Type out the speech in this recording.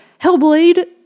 Hellblade